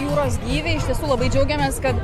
jūros gyviai labai džiaugiamės kad